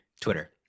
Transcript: Twitter